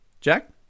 Jack